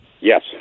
Yes